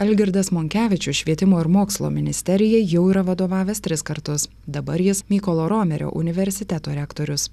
algirdas monkevičius švietimo ir mokslo ministerijai jau yra vadovavęs tris kartus dabar jis mykolo romerio universiteto rektorius